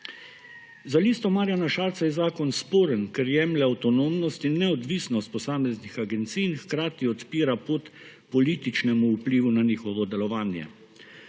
Za Listo Marjana Šarca je zakon sporen, ker jemlje avtonomnost in neodvisnost posameznih agencij in hkrati odpira pot političnemu vplivu na njihovo delovanje.